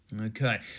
Okay